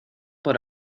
por